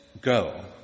go